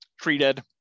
treated